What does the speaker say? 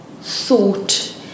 thought